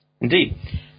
Indeed